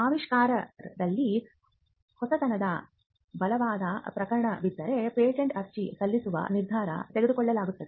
ಆವಿಷ್ಕಾರದಲ್ಲಿ ಹೊಸತನದ ಬಲವಾದ ಪ್ರಕರಣವಿದ್ದರೆ ಪೇಟೆಂಟ್ ಅರ್ಜಿ ಸಲ್ಲಿಸುವ ನಿರ್ಧಾರ ತೆಗೆದುಕೊಳ್ಳಲಾಗುತ್ತದೆ